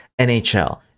NHL